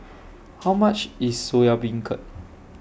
How much IS Soya Beancurd